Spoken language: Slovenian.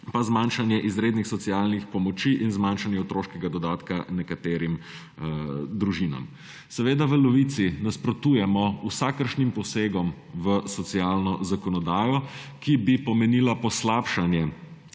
pa zmanjšanje izrednih socialnih pomoči in zmanjšanje otroškega dodatka nekaterim družinam. Seveda v Levici nasprotujemo vsakršnim posegom v socialno zakonodajo, ki bi pomenila poslabšanje